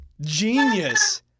Genius